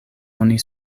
oni